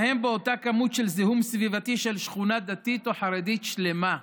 הוא מזהם באותה כמות של זיהום סביבתי של שכונה דתית או חרדית שלמה.